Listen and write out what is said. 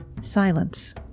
Silence